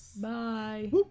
Bye